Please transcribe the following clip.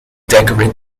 decorate